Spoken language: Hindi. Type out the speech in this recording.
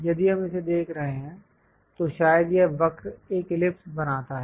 यदि हम इसे देख रहे हैं तो शायद यह वक्र एक इलिप्स बनाता है